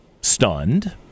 stunned